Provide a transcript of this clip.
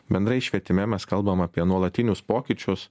bendrai švietime mes kalbam apie nuolatinius pokyčius